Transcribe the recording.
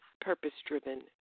Purpose-Driven